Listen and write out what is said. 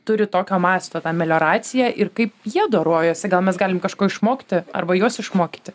turi tokio masto tą melioraciją ir kaip jie dorojasi gal mes galim kažko išmokti arba juos išmokyti